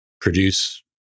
produce